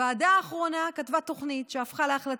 הוועדה האחרונה כתבה תוכנית שהפכה להחלטה,